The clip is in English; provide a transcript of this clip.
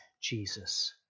Jesus